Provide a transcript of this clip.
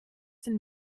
sind